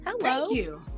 Hello